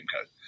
code